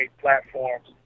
platforms